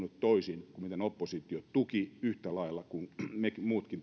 toisin kuin oppositio joka tuki yhtä lailla kuin me muutkin